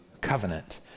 covenant